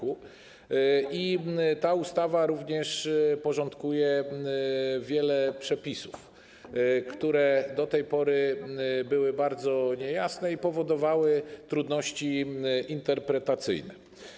Ustawa również porządkuje wiele przepisów, które do tej pory były bardzo niejasne i powodowały trudności interpretacyjne.